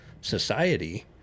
society